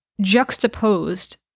juxtaposed